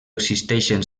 existeixen